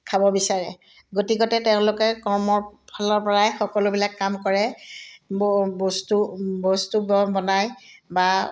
খাব বিচাৰে গতিকতে তেওঁলোকে কৰ্মৰ ফালৰ পৰাই সকলোবিলাক কাম কৰে ব বস্তু বস্তু ব বনাই বা